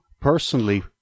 personally